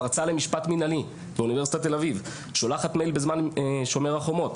מרצה למשפט מינהלי באונ' תל אביב שולחת מייל בזמן שומר החומות